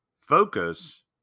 focus